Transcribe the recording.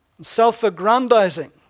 self-aggrandizing